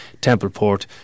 Templeport